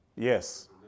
Yes